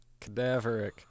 cadaveric